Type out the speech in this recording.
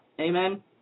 Amen